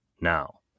now